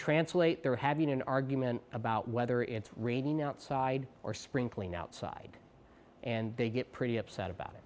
translate they're having an argument about whether it's raining outside or sprinkling outside and they get pretty upset about it